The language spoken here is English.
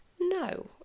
no